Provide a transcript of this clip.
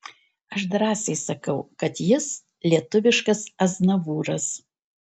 aš drąsiai sakau kad jis lietuviškas aznavūras